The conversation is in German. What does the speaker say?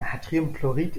natriumchlorid